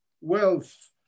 wealth